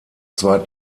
zwei